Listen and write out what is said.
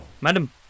Madam